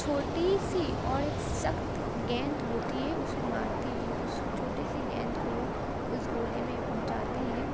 چھوٹی سی اور ایک سخت گیند ہوتی ہے اسے مارتے ہیں اس چھوٹی سی گیند کو اس گولے میں پہنچاتے ہیں